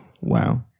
wow